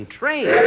train